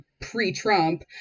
pre-Trump